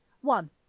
One